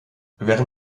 während